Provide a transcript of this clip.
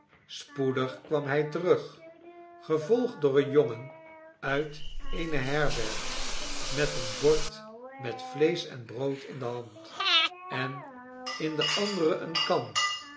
spoedig kwam hij terug gevolgd door een jongen uit eene herberg met een bord met vleesch en brood in de hand en in de andere eene kan